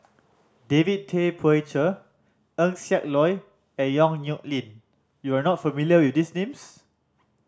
David Tay Poey Cher Eng Siak Loy and Yong Nyuk Lin you are not familiar with these names